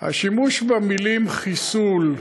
השימוש במילים חיסול,